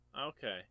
Okay